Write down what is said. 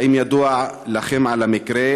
1. האם ידוע לכם על המקרה?